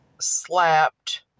slapped